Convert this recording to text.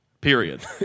period